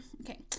Okay